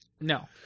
No